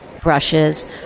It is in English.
Brushes